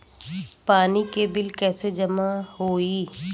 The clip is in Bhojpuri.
पानी के बिल कैसे जमा होयी?